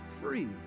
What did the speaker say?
free